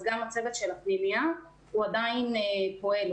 אז גם הצוות של הפנימייה הוא עדיין פועל,